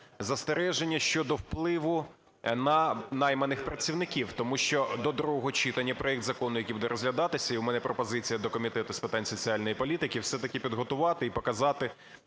застереження щодо впливу на найманих працівників. Тому що до другого читання проект закону, який буде розглядатися, і у мене пропозиція до Комітету з питань соціальної політики, все-таки підготувати і показати